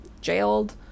jailed